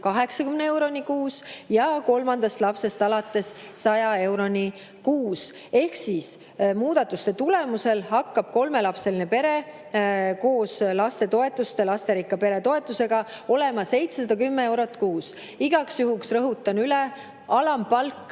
80 euroni kuus ja kolmandast lapsest alates 100 euroni kuus. Ehk siis hakkab muudatuste tulemusena kolmelapselise pere [kogutoetus] koos lapsetoetuste ja lasterikka pere toetusega olema 710 eurot kuus. Igaks juhuks rõhutan üle, et alampalk